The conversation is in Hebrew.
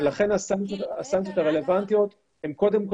לכן הסנקציות הרלוונטיות הן קודם כל